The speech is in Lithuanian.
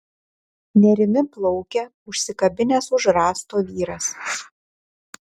nerimi plaukia užsikabinęs už rąsto vyras